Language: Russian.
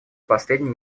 последние